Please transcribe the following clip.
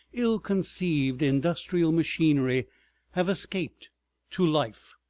ill-conceived industrial machinery have escaped to life.